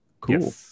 Cool